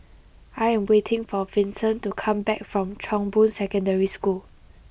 I am waiting for Vincent to come back from Chong Boon Secondary School